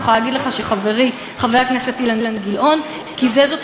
אני יכולה להגיד לך שחברי חבר הכנסת אילן גילאון קיזז אותו